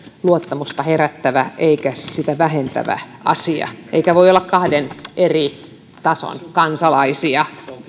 luottamusta herättävä eikä sitä vähentävä asia eikä voi olla kahden eri tason kansalaisia